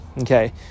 Okay